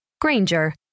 Granger